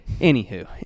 Anywho